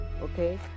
Okay